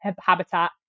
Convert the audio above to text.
habitat